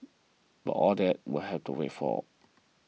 but all that will have to wait for